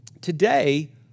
Today